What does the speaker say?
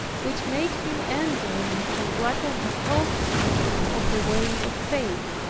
which made him enter into what i had told him of the way of faith.